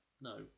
No